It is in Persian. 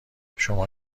شما